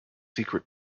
secret